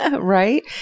Right